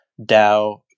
DAO